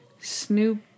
Snoop